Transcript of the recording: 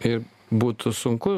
ir būtų sunku